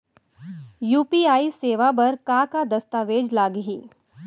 UPI सेवा बर का का दस्तावेज लागही?